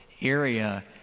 area